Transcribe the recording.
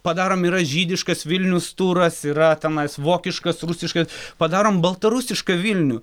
padarom yra žydiškas vilnius turas yra tenais vokiškas rusiška padarom baltarusišką vilnių